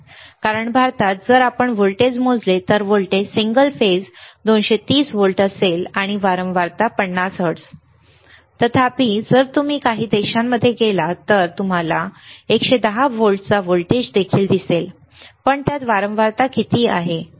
कारण भारतात जर आपण व्होल्टेज मोजले तर व्होल्टेज सिंगल फेज 230 व्होल्ट असेल आणि वारंवारता 50 हर्ट्झ 50 हर्ट्झ असेल तथापि जर तुम्ही काही देशांमध्ये गेलात तर तुम्हाला 110 व्होल्टचा व्होल्टेज देखील दिसेल पण त्यात वारंवारता किती आहे